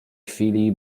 chwili